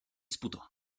sputò